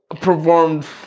performed